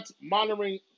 monitoring